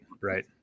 right